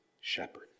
shepherd